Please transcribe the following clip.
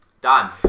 Done